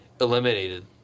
eliminated